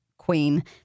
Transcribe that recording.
Queen